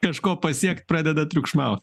kažko pasiekt pradeda triukšmaut